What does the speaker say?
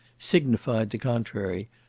signified the contrary,